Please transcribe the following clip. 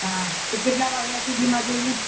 હા તે કેટલા વાગ્યા સુધીમાં જોઈએ